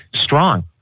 strong